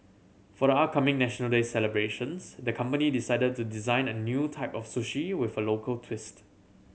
for the upcoming National Day celebrations the company decided to design a new type of sushi with a local twist